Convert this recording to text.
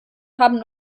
haben